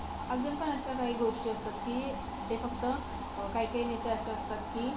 अजून पण अशा काही गोष्टी असतात की ते फक्त काही काही नेते असे असतात की